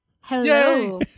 hello